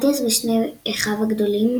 מתיאס ושני אחיו הגדולים,